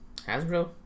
Hasbro